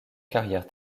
carrière